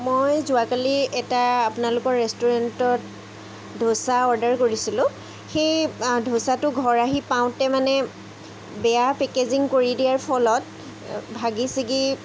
মই যোৱাকালি এটা আপোনালোকৰ ৰেষ্টুৰেণ্টত দোছা অৰ্ডাৰ কৰিছিলোঁ সেই দোছাটো ঘৰ আহি পাওঁতে মানে বেয়া পেকেজিং কৰি দিয়াৰ ফলত ভাগি ছিগি